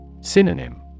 Synonym